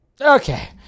Okay